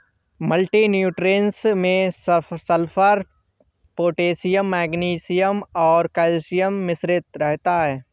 multi nutrients में sulphur, potassium magnesium और calcium मिश्रित रहता है